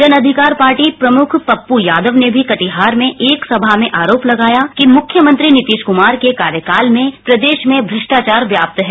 Jan Adhikar party प्रमुख पप्पू यादव ने भी कटिहार में एक सभा में आरोप लगाया कि मुख्यमंत्री नितीश कुमार के कार्यकाल में प्रदेश में भ्रष्टाचार व्याप्त है